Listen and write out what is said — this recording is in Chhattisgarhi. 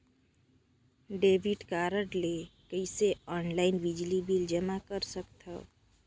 डेबिट कारड ले कइसे ऑनलाइन बिजली बिल जमा कर सकथव?